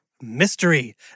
Mystery